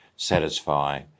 satisfy